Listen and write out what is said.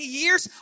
years